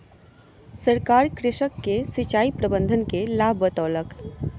सरकार कृषक के सिचाई प्रबंधन के लाभ बतौलक